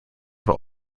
have